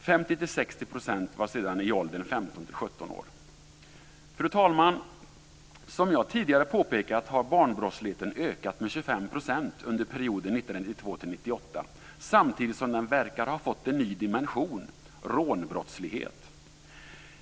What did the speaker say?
50-60 % var i åldern 15-17 år. Fru talman! Som jag tidigare påpekat har barnbrottsligheten ökat med 25 % under perioden 1992 1998, samtidigt som den verkar ha fått en ny dimension, rånbrottslighet.